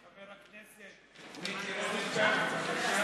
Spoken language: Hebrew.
חבר הכנסת מיקי רוזנטל, בבקשה,